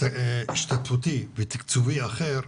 השתתפותי ותקצובי אחר,